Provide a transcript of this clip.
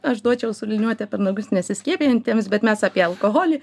aš duočiau su liniuote per nagus neskiepijantiems bet mes apie alkoholį